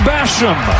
Basham